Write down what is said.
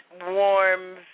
warm